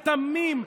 התמים,